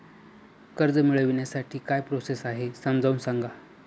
कर्ज मिळविण्यासाठी काय प्रोसेस आहे समजावून सांगा